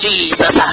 Jesus